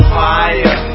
fire